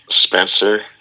Spencer